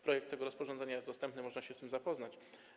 Projekt tego rozporządzenia jest dostępny, można się z nim zapoznać.